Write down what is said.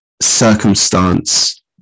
circumstance